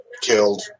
killed